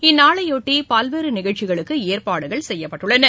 இந்நாளையொட்டி பல்வேறு நிகழ்ச்சிகளுக்கு ஏற்பாடு செய்யப்பட்டுள்ளன